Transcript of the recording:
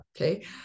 okay